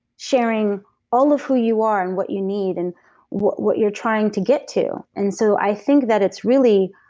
sharing all of who you are and what you need and what what you're trying to get to, and so i think that it's really